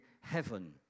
heaven